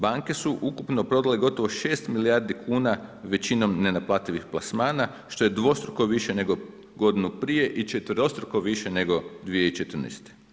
Banke su ukupno prodale gotovo 6 milijardi kuna, većinom nenaplativih plasmana, što je dvostruko više nego godinu prije i četverostruko više nego 2014.